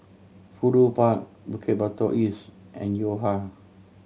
Fudu Park Bukit Batok East and Yo Ha